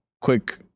quick